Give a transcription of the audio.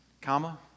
comma